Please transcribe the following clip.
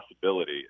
possibility